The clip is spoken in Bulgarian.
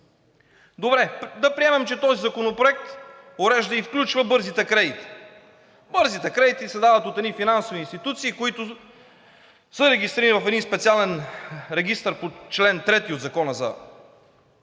Добре, да приемем, че този законопроект урежда и включва бързите кредити. Бързите кредити се дават от едни финансови институции, които са регистрирани в един специален регистър по чл. 3 от Закона за